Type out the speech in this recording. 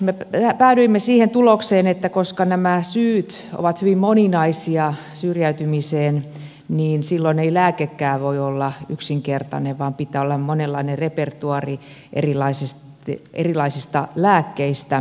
me päädyimme siihen tulokseen että koska nämä syyt syrjäytymiseen ovat hyvin moninaisia niin silloin ei lääkekään voi olla yksinkertainen vaan pitää olla monenlainen repertuaari erilaisista lääkkeistä